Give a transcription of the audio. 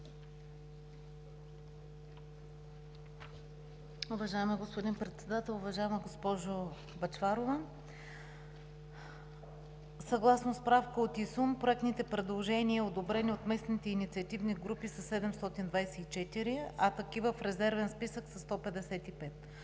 Уважаеми господин Председател, уважаема госпожо Бъчварова! Съгласно справка от ИСУН проектните предложения, одобрени от местните инициативни групи, са 724, а такива в Резервен списък са 155.